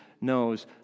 knows